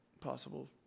possible